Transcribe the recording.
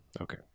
Okay